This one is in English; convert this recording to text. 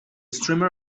streamer